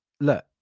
Look